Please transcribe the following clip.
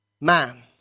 man